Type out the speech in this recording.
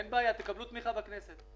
אין בעיה, תקבלו תמיכה בכנסת.